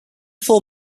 four